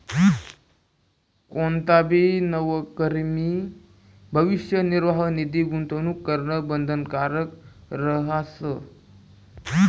कोणताबी नवकरीमा भविष्य निर्वाह निधी गूंतवणूक करणं बंधनकारक रहास